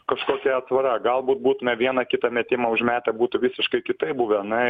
kažkokia atsvara galbūt būtume vieną kitą metimą užmetę būtų visiškai kitaip buvę na